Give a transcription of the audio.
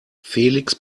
felix